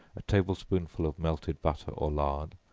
a table-spoonful of melted butter or lard,